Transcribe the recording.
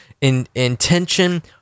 intention